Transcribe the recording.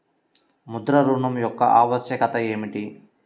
ముద్ర ఋణం యొక్క ఆవశ్యకత ఏమిటీ?